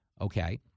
Okay